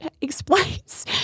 explains